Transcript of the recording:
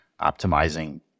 optimizing